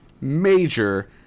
major